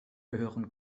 gehören